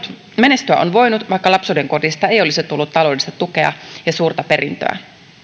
menestyä on voinut vaikka lapsuudenkodista ei olisi tullut taloudellista tukea ja suurta perintöä